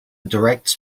directs